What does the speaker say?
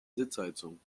sitzheizung